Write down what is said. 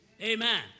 Amen